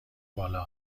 بالا